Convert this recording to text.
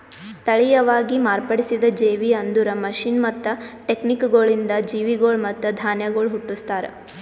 ತಳಿಯವಾಗಿ ಮಾರ್ಪಡಿಸಿದ ಜೇವಿ ಅಂದುರ್ ಮಷೀನ್ ಮತ್ತ ಟೆಕ್ನಿಕಗೊಳಿಂದ್ ಜೀವಿಗೊಳ್ ಮತ್ತ ಧಾನ್ಯಗೊಳ್ ಹುಟ್ಟುಸ್ತಾರ್